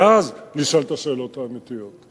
ואז נשאל את השאלות האמיתיות.